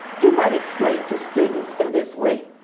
you might explain to students in this way